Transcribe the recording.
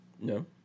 No